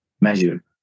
measure